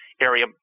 area